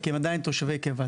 כי הם עדיין תושבי קבע.